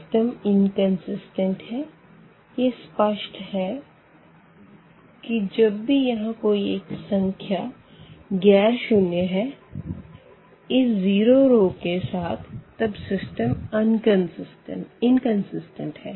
system inconsistent है यह स्पष्ट है कि जब भी यहाँ कोई एक संख्या गैर शून्य है इस ज़ीरो रो के साथ तब सिस्टम इनकंसिस्टेंट है